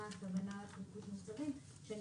הכוונה בפריקות מוצרים היא שאני